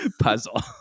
Puzzle